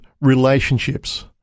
relationships